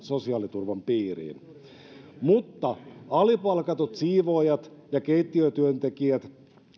sosiaaliturvan piiriin mutta alipalkatut siivoojat ja keittiötyöntekijät